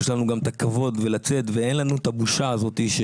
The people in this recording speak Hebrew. יש לנו גם את הכבוד לצאת ואין לנו את הבושה הזאת ש